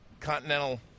Continental